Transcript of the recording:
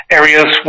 areas